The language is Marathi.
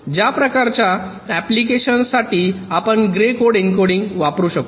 या प्रकारच्या अँप्लिकेशन्स साठी आपण ग्रे कोड एन्कोडिंग वापरू शकतो